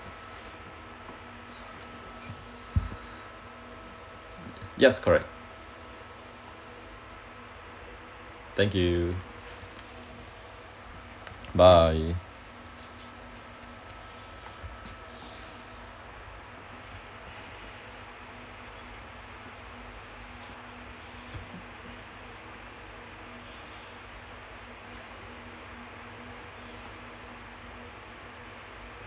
yes correct thank you bye